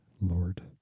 Lord